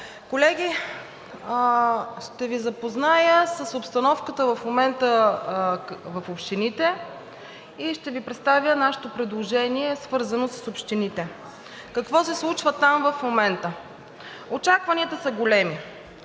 Колеги, ще Ви запозная с обстановката в момента в общините и ще Ви представя нашето предложение, свързано с общините. Какво се случва там в момента? Очакванията са големи.